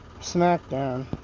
Smackdown